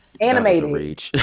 animated